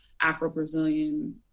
Afro-Brazilian